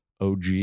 OG